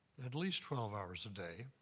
at least twelve hours a day,